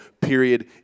period